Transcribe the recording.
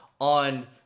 on